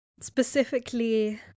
specifically